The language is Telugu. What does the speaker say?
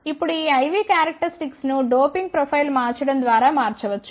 ఇప్పుడు ఈ IV క్యారక్టరిస్టిక్స్ ను డోపింగ్ ప్రొఫైల్ మార్చడం ద్వారా మార్చవచ్చు